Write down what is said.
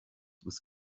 with